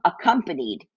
accompanied